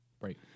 Right